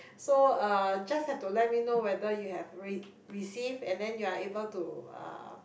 so uh just have to let me know whether you have re~ receive and then you are able to uh